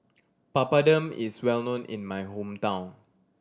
Papadum is well known in my hometown